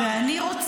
די.